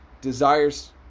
desires